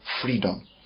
freedom